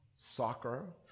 Soccer